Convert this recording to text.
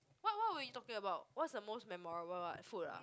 what what will you talking about what's the most memorable what food ah